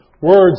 words